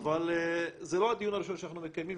אבל זה לא הדיון הראשון שאנחנו מקיימים,